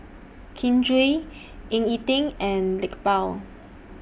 Kin Chui Ying E Ding and Iqbal